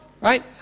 Right